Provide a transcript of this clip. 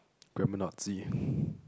grammer Nazi